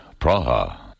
Praha